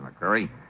McCurry